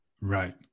Right